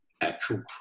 actual